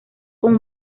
con